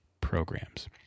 programs